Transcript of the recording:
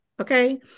okay